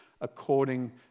according